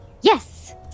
Yes